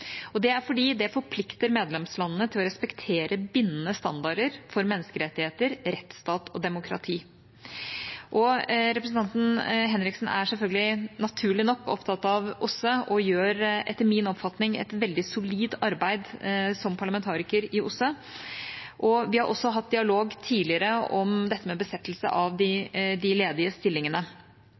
Det er fordi det forplikter medlemslandene til å respektere bindende standarder for menneskerettigheter, rettsstat og demokrati. Representanten Henriksen er selvfølgelig, naturlig nok, opptatt av OSSE og gjør etter min oppfatning et veldig solid arbeid som parlamentariker i OSSE. Vi har også hatt dialog tidligere om besettelse av de ledige stillingene.